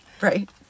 Right